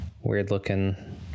weird-looking